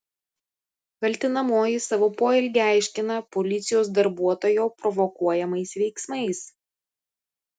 kaltinamoji savo poelgį aiškina policijos darbuotojo provokuojamais veiksmais